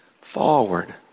forward